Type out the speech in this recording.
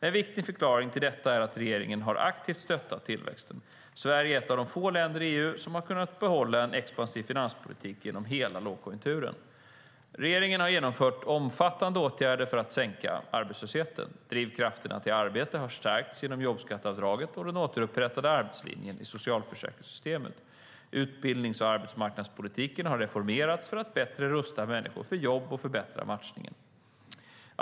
En viktig förklaring till detta är att regeringen har stöttat tillväxten aktivt. Sverige är ett av få länder i EU som har kunnat behålla en expansiv finanspolitik genom hela lågkonjunkturen. Regeringen har genomfört omfattande åtgärder för att sänka arbetslösheten. Drivkrafterna till arbete har stärkts genom jobbskatteavdraget och den återupprättade arbetslinjen i socialförsäkringssystemen. Utbildnings och arbetsmarknadspolitiken har reformerats för att bättre rusta människor för jobb och förbättra matchningen.